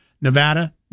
Nevada